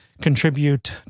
contribute